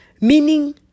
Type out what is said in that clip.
meaning